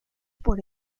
por